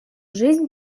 жизнь